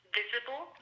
visible